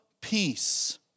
Peace